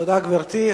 תודה, גברתי.